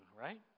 right